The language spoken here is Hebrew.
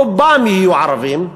רובם יהיו ערבים.